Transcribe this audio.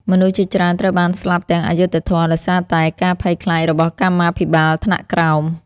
មនុស្សជាច្រើនត្រូវបានស្លាប់ទាំងអយុត្តិធម៌ ដោយសារតែការភ័យខ្លាចរបស់កម្មាភិបាលថ្នាក់ក្រោម។